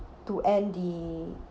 to end the